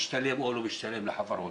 משתלם או לא משתלם לחברות.